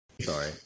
Sorry